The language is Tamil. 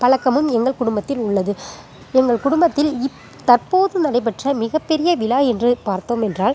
பழக்கமும் எங்கள் குடும்பத்தில் உள்ளது எங்கள் குடும்பத்தில் இப் தற்போது நடைபெற்ற மிகப்பெரிய விழா என்று பார்த்தோம் என்றால்